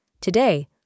Today